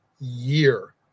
year